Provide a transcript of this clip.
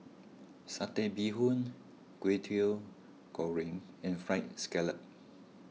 Satay Bee Hoon Kwetiau Goreng and Fried Scallop